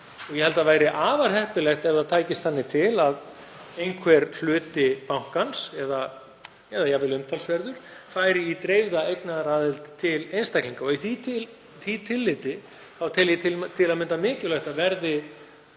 Ég held að það væri afar heppilegt ef þannig tækist til að einhver hluti bankans, eða jafnvel umtalsverður, færi í dreifða eignaraðild til einstaklinga. Í því tilliti tel ég til að mynda mikilvægt að verði